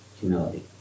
humility